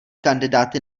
kandidáty